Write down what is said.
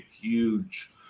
huge